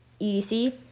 edc